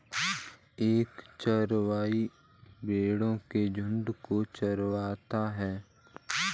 एक चरवाहा भेड़ो के झुंड को चरवाता है